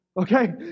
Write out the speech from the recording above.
okay